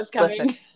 listen